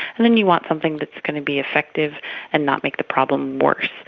and then you want something that is going to be effective and not make the problem worse.